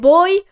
Boy